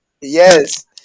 Yes